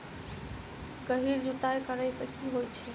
गहिर जुताई करैय सँ की होइ छै?